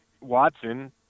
Watson